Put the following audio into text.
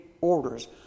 orders